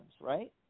right